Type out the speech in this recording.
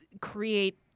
create